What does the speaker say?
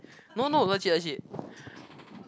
no no legit legit